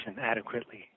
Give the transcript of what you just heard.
adequately